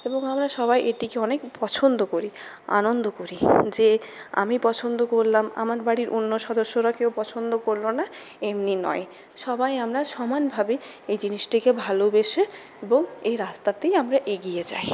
এবং আমরা সবাই এটিকে অনেক পছন্দ করি আনন্দ করি যে আমি পছন্দ করলাম আমার বাড়ির অন্য সদস্যরা কেউ পছন্দ করলো না এমনি নয় সবাই আমরা সমানভাবে এই জিনিসটিকে ভালোবেসে এবং এই রাস্তায়তেই আমরা এগিয়ে যাই